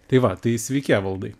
tai va tai sveiki evaldai